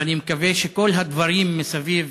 ואני מקווה שכל הדברים מסביב